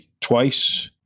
twice –